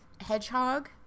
hedgehog